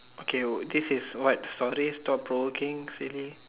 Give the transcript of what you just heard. okay this is what stories stop provoking silly